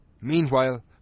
Meanwhile